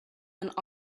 and